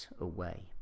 away